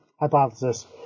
hypothesis